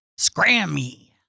Scrammy